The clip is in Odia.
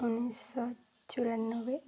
ଉଣେଇଶହ ଚଉରାନବେ